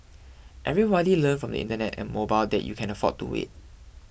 everybody learned from the Internet and mobile that you can't afford to wait